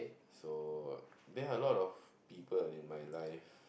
so there are a lot of people in my life